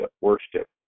Worship